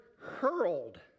hurled